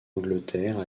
angleterre